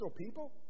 people